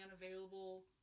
unavailable